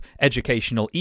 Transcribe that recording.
educational